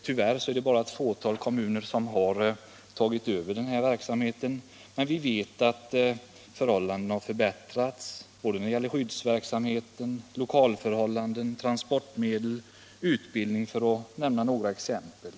Tyvärr är det bara ett fåtal kommuner som har tagit över sotningen, men vi vet att förhållandena har förbättrats när det gäller både skyddsverksamhet, lokalförhållanden, transportmedel och utbildning — för att nämna några exempel.